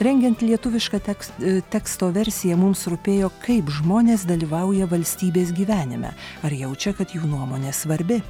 rengiant lietuvišką tekstą teksto versiją mums rūpėjo kaip žmonės dalyvauja valstybės gyvenime ar jaučia kad jų nuomonė svarbi